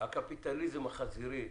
הקפיטליזם החזירי,